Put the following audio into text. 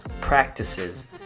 practices